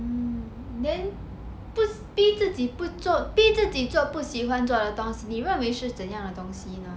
then 不逼自己不做逼自己做不喜欢做的东西你认为是怎样的东西呢